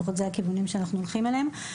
לפחות זה הכיוונים שאנחנו הולכים אליהם.